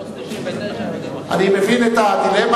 אני מבין את הדילמה.